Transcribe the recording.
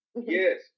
Yes